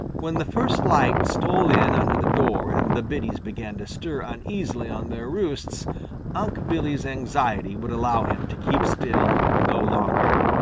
when the first light stole in under the door and the biddies began to stir uneasily on their roosts unc' billy's anxiety would allow him to keep still no longer.